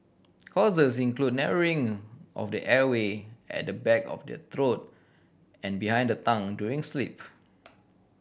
causes include narrowing of the airway at the back of the throat and behind the tongue during sleep